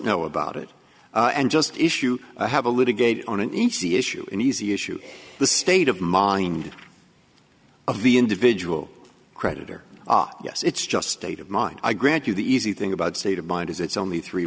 know about it and just issue i have a litigator on an issue an easy issue the state of mind of the individual creditor yes it's just state of mind i grant you the easy thing about state of mind is it's only three